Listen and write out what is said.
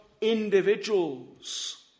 individuals